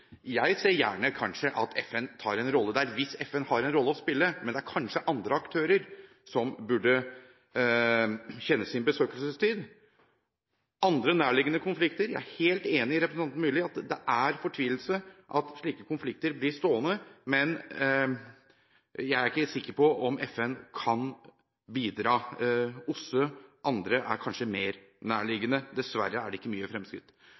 Jeg ser gjerne at FN tar en rolle hvis FN har en rolle å spille. Men det er kanskje andre aktører som burde kjenne sin besøkelsestid. Når det gjelder andre nærliggende konflikter, er jeg helt enig med representanten Myrli i at det er fortvilet at slike konflikter blir stående, men jeg er ikke sikker på om FN kan bidra. OSSE og andre er kanskje mer nærliggende. Dessverre er det ikke mye